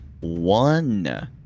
one